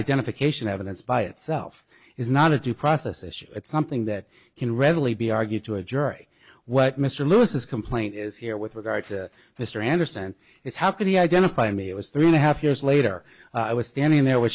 identification evidence by itself is not a due process issue it's something that can readily be argued to a jury what mr lewis is complaint is here with regard to mr anderson is how could he identify me it was three and a half years later i was standing there with